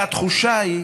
והתחושה היא,